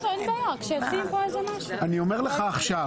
אני אומר לך עכשיו.